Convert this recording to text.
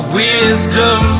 wisdom